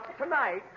tonight